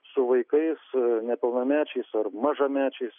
su vaikais nepilnamečiais ar mažamečiais